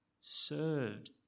served